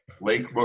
Lake